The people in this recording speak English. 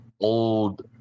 old